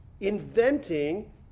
inventing